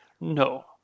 No